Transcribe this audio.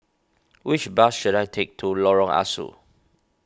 which bus should I take to Lorong Ah Soo